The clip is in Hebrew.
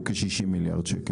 הוא ארבעים מיליארד בשנה.